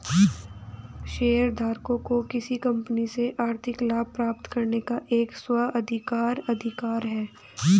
शेयरधारकों को किसी कंपनी से आर्थिक लाभ प्राप्त करने का एक स्व अधिकार अधिकार है